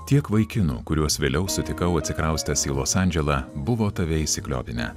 tiek vaikinų kuriuos vėliau sutikau atsikraustęs į los andželą buvo tave įsikliopinę